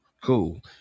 cool